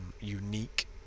unique